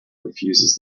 refuses